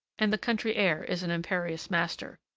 and the country air is an imperious master.